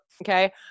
Okay